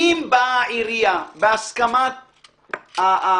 אם באה עירייה בהסכמת החייב,